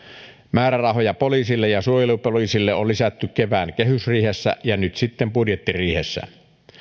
määrärahoja poliisille ja suojelupoliisille on lisätty kevään kehysriihessä ja nyt sitten budjettiriihessä